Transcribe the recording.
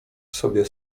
sobie